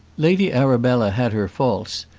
lady arabella had her faults,